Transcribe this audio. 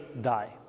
die